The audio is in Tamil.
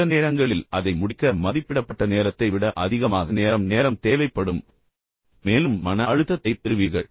சில நேரங்களில் அதை முடிக்க மதிப்பிடப்பட்ட நேரத்தை விட அதிகமாக நேரம் நேரம் தேவைப்படும் மற்றும் குறிப்பாக நீங்கள் மேலும் மேலும் மன அழுத்தத்தைப் பெறுவீர்கள்